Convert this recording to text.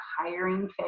hiring